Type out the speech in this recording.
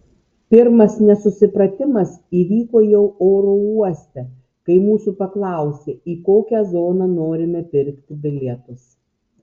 pirmas nesusipratimas įvyko jau oro uoste kai mūsų paklausė į kokią zoną norime pirkti bilietus